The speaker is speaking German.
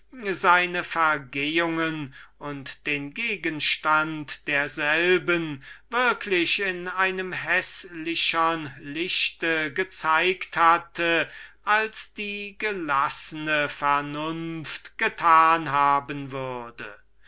seine vergehungen und den gegenstand derselbigen würklich in einem weit häßlichern lichte gezeigt hatte als die gelassene und unparteiische vernunft getan haben würde